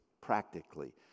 practically